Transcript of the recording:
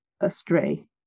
astray